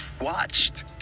watched